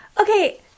Okay